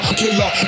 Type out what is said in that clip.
killer